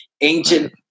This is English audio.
ancient